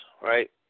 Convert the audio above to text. right